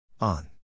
on